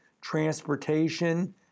transportation